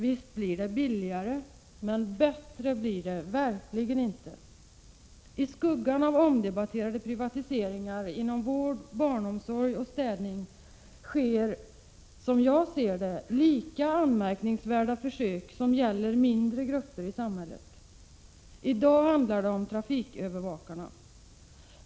Visst blir det billigare, men bättre blir det verkligen inte. I skuggan av omdebatterade privatiseringar inom vård, barnomsorg och städning sker som jag ser det lika anmärkningsvärda försök, som gäller mindre grupper i samhället. I dag handlar det om trafikövervakarna.